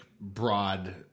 broad